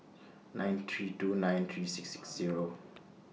nine three two nine three six six Zero